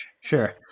Sure